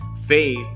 faith